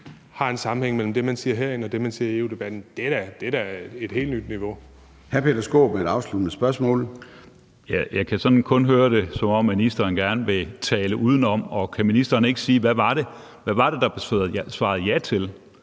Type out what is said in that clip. er en sammenhæng mellem det, man siger herinde, og det, man siger i EU-debatten, er da et helt nyt niveau.